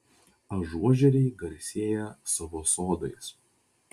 ažuožeriai garsėja savo sodais